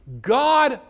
God